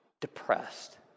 depressed